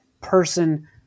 person